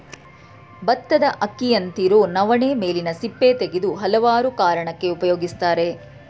ಬತ್ತದ ಅಕ್ಕಿಯಂತಿರೊ ನವಣೆ ಮೇಲಿನ ಸಿಪ್ಪೆ ತೆಗೆದು ಹಲವಾರು ಕಾರಣಕ್ಕೆ ಉಪಯೋಗಿಸ್ತರೆ